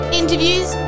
interviews